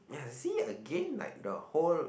you see I give like the whole